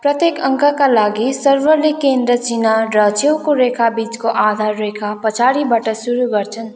प्रत्येक अङ्कका लागि सर्भरले केन्द्र चिह्न र छेउको रेखा बिचको आधार रेखा पछाडिबाट सुरु गर्छन्